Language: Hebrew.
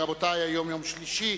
רבותי, היום יום שלישי,